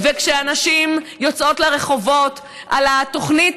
וכשהנשים יוצאות לרחובות על התוכנית